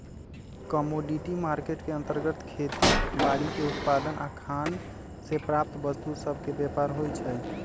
commodity market के अंतर्गत खेती बाड़ीके उत्पाद आऽ खान से प्राप्त वस्तु सभके व्यापार होइ छइ